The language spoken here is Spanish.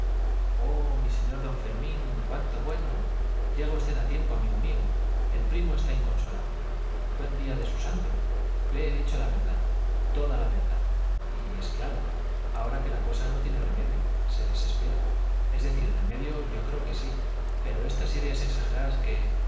oh mi señor don fermín cuánto bueno llega usted a tiempo amigo mío el primo está inconsolable buen día de su santo le he dicho la verdad toda la verdad y es claro ahora que la cosa no tiene remedio se desespera es decir remedio yo creo que sí pero estas ideas exageradas que